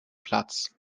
platz